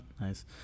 Nice